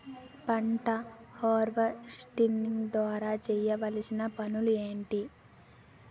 పంట హార్వెస్టింగ్ తర్వాత చేయవలసిన పనులు ఏంటి?